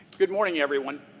good morning, everyone.